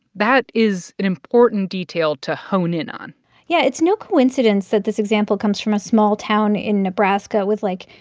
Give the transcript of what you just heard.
that is an important detail to hone in on yeah, it's no coincidence that this example comes from a small town in nebraska with, like,